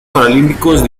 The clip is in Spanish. paralímpicos